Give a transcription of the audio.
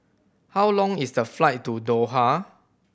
how long is the flight to Doha